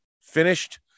finished